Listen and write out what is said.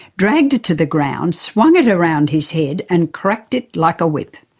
dragged it to the ground, swung it around his head, and cracked it like a whip.